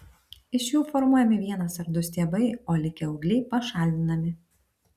iš jų formuojami vienas ar du stiebai o likę ūgliai pašalinami